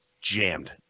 jammed